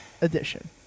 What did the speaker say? edition